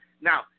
Now